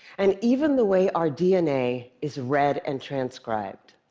and even the way our dna is read and transcribed.